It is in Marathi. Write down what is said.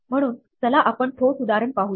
म्हणून चला आपण ठोस उदाहरण पाहू या